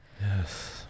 yes